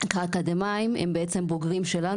האקדמאים, הם בעצם בוגרים שלנו.